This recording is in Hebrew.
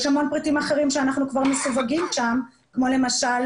יש המון פריטים אחרים שאנחנו כבר מסווגים שם כמו למשל